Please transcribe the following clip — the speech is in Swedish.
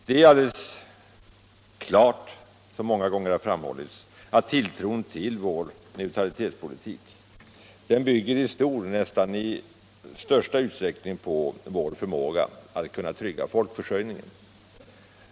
Det är alldeles klart — som många gånger har framhållits — att tilltron till vår neutralitetspolitik bygger i stor, ja, nästan i största utsträckning på vår förmåga att trygga folkförsörjningen.